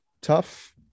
tough